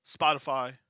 Spotify